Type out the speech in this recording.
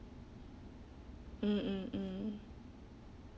mm mm mm